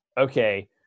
okay